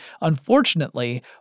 Unfortunately